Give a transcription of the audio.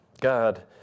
God